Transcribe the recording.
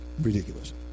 ridiculous